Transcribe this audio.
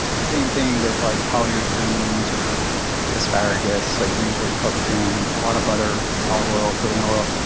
the same thing with like collard greens or asparagus. like they're usually cooked in a lot of butter, olive oil, coconut oil,